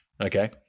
Okay